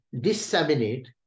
disseminate